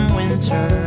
winter